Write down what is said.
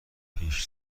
پیش